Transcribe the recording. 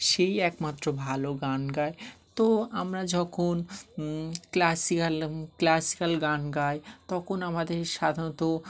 সেই একমাত্র ভালো গান গায় তো আমরা যখন ক্লাসিক্যাল ক্লাসিক্যাল গান গাই তখন আমাদের সাধারণত